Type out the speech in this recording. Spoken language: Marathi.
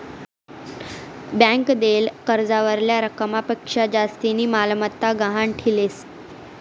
ब्यांक देयेल कर्जावरल्या रकमपक्शा जास्तीनी मालमत्ता गहाण ठीलेस